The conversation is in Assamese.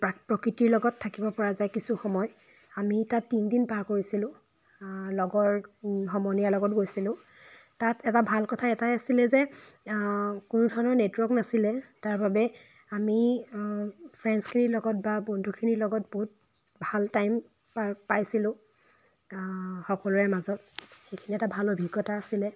প্ৰকৃতিৰ লগত থাকিব পৰা যায় কিছু সময় আমি তাত তিন দিন পাৰ কৰিছিলোঁ লগৰ সমনীয়াৰ লগত গৈছিলোঁ তাত এটা ভাল কথা এটাই আছিলে যে কোনো ধৰণৰ নেটৱৰ্ক নাছিলে তাৰবাবে আমি ফ্ৰেণ্ডছখিনিৰ লগত বা বন্ধুখিনিৰ লগত বহুত ভাল টাইম পাৰ পাইছিলোঁ সকলোৰে মাজত এইখিনি এটা ভাল অভিজ্ঞতা আছিলে